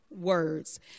words